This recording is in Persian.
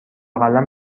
قلم